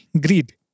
greed